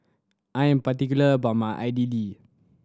I am particular about my Idili